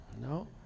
No